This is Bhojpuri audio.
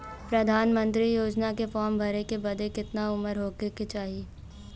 प्रधानमंत्री योजना के फॉर्म भरे बदे कितना उमर रहे के चाही?